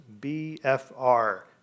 BFR